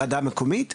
הוועדה המקומית?